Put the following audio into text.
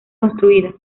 construida